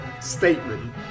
statement